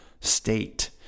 state